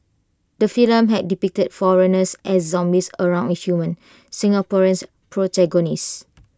the film had depicted foreigners as zombies around A human Singaporeans protagonist